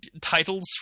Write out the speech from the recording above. titles